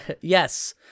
Yes